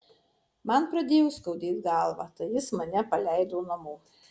man pradėjo skaudėt galvą tai jis mane paleido namo